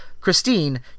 Christine